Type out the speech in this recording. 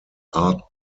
articled